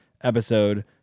episode